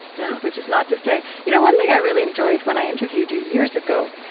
yeah which is not to say you know one thing i really enjoyed, when i interviewed you years ago,